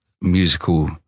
musical